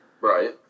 Right